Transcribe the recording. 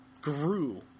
grew